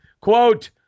Quote